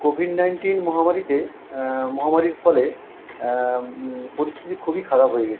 Covid nineteen মহামারীতে মহামারীর ফলে পরিস্থিতি খুবই খারাপ হয়ে গেছিলো